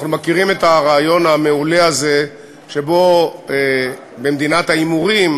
אנחנו מכירים את הרעיון המעולה הזה שבו במדינת ההימורים,